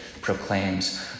proclaims